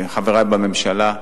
חברי בממשלה,